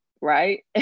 right